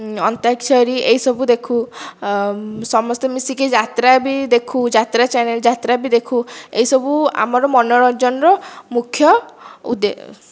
ଅନ୍ତାକ୍ଷରୀ ଏହିସବୁ ଦେଖୁ ସମସ୍ତେ ମିଶିକି ଯାତ୍ରାବି ଦେଖୁ ଯାତ୍ରା ଚ୍ୟାନେଲ ଯାତ୍ରା ବି ଦେଖୁ ଏଇ ସବୁ ଆମର ମନୋରଞ୍ଜନର ମୁଖ୍ୟ ଉଦ୍ଦେ